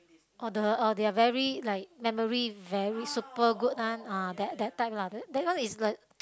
oh the uh they're very like memory very super good one ah that that type lah that one is like